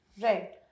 Right